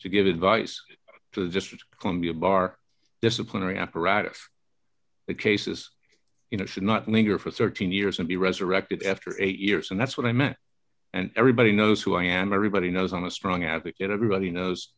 to give advice to the district of columbia bar disciplinary apparatus the cases you know should not linger for thirteen years and be resurrected after eight years and that's what i meant and everybody knows who i am everybody knows on a strong advocate everybody knows